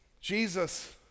Jesus